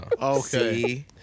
Okay